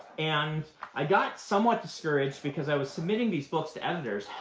and i got somewhat discouraged, because i was submitting these books to editors,